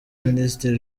minisitiri